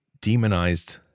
demonized